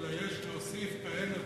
אלא להוסיף כהנה וכהנה,